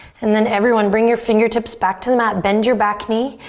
and then everyone, bring your fingertips back to the mat. bend your back knee,